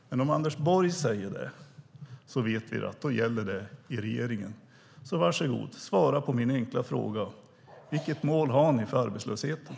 Men om Anders Borg säger det vet vi att det gäller i regeringen. Så var så god - svara på min enkla fråga! Vilket mål har ni för arbetslösheten?